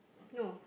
no